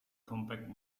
compact